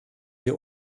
wir